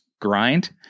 grind